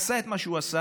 עשה את מה שהוא עשה.